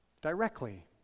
directly